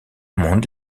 monde